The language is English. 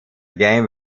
game